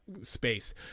space